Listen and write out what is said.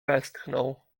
westchnął